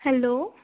hello